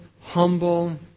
humble